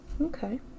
Okay